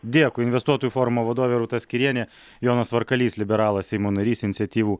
dėkui investuotojų forumo vadovė rūta skyrienė jonas varkalys liberalas seimo narys iniciatyvų